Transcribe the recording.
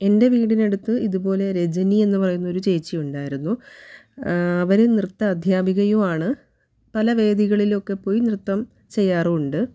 എൻ്റെ വീടിനടുത്ത് ഇതുപോലെ രജനി എന്ന് പറയുന്നൊരു ചേച്ചി ഉണ്ടായിരുന്നു അവർ നൃത്ത അധ്യാപികയുമാണ് പല വേദികളിലൊക്കെ പോയി നൃത്തം ചെയ്യാറും ഉണ്ട്